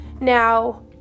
Now